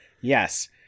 Yes